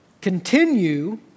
Continue